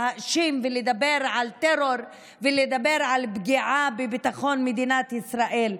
להאשים ולדבר על טרור ולדבר על פגיעה בביטחון מדינת ישראל,